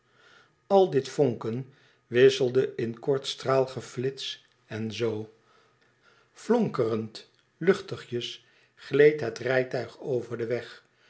al dit vonken wisselde in kort straalgeflits en zoo flonkerend luchtigjes gleed het rijtuig over den weg